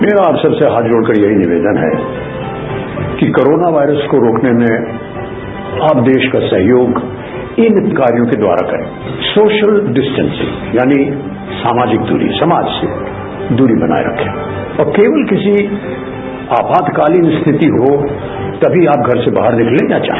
मेरा आप सबसे हाथ जोड़कर यही निवेदन है कि कोरोना वायरस को रोकने में आप देश का सहयोग इन कार्यो के द्वारा करें सोशल डिस्टेंसिंग यानि सामाजिक दूरी समाज से दूरी बनाए रखें और केवल किसी आपातकालीन स्थिति हो तमी आप घर से बाहर निकलें या जाए